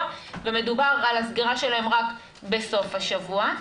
ומדובר על הסגירה שלהן רק בסוף השבוע.